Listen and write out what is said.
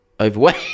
overweight